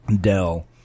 Dell